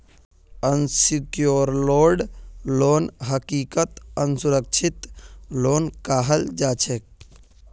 unsecured loan हकीकतत असुरक्षित loan कहाल जाछेक